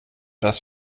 das